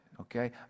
okay